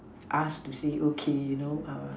us to say okay know err